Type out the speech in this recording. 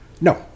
no